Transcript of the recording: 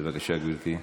בבקשה, גברתי.